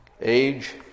age